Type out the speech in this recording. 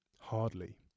Hardly